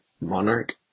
monarch